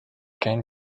can